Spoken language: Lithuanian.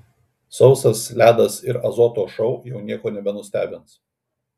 sausas ledas ir azoto šou jau nieko nebenustebins